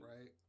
right